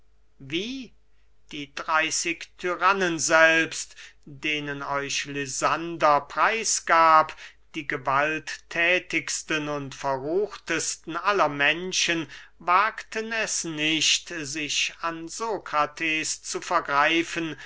wie die dreyßig tyrannen selbst denen euch lysander preis gab die gewaltthätigsten und verruchtesten aller menschen wagten es nicht sich an sokrates zu vergreifen